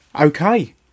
Okay